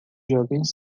jovens